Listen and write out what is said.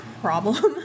problem